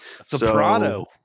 soprano